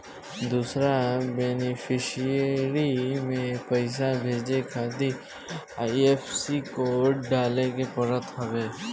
दूसरा बेनिफिसरी में पईसा भेजे खातिर आई.एफ.एस.सी कोड डाले के पड़त हवे